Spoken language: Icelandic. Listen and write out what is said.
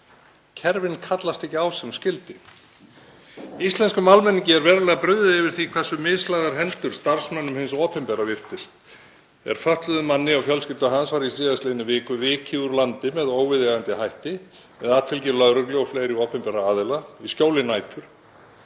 Kerfin kallast ekki á sem skyldi. Íslenskum almenningi er verulega brugðið yfir því hversu mislagðar hendur starfsmönnum hins opinbera voru er fötluðum manni og fjölskyldu hans var í síðastliðinni viku vikið úr landi með óviðeigandi hætti með atfylgi lögreglu og fleiri opinberra aðila í skjóli nætur.